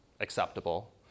acceptable